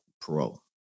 parole